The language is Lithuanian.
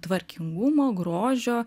tvarkingumo grožio